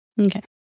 okay